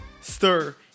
Stir